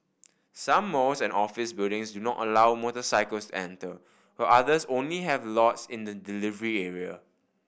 some malls and office buildings do not allow motorcycles enter while others only have lots in the delivery area